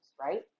right